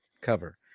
cover